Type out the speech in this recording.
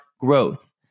growth